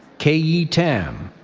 kayee tam.